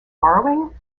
borrowing